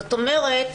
זאת אומרת,